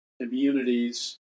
communities